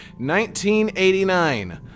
1989